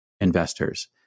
investors